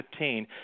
2015